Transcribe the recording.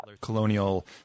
colonial